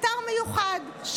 אתר מיוחד,